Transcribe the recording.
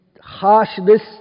harshness